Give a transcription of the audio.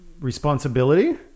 Responsibility